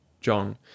John